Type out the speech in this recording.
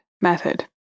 method